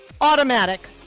automatic